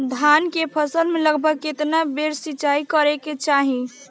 धान के फसल मे लगभग केतना बेर सिचाई करे के चाही?